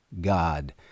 God